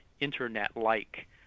Internet-like